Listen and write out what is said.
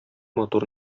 матур